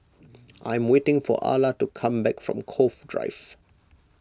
I am waiting for Alla to come back from Cove Drive